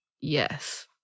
yes